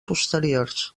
posteriors